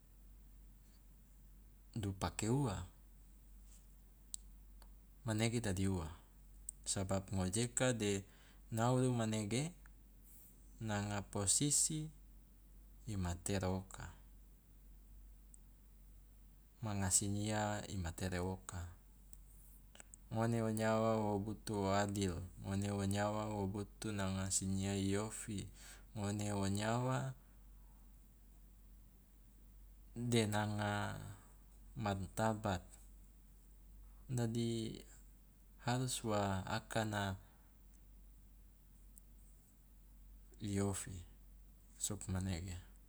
Du pake ua, manege dadi ua. Sabab ngojeka de nauru manege nanga posisi i matero oka, manga sinyia i matero oka, ngone wo nyawa wo butu wo adil, ngone wo nyawa wo butu nanga sinyia i ofi, ngone o nyawa de nanga martabat dadi harus wa akana i ofi, sugmanege.